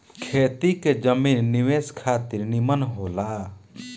खेती के जमीन निवेश खातिर निमन होला